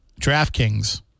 DraftKings